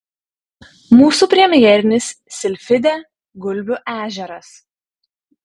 mūsų premjerinis silfidė gulbių ežeras